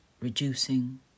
reducing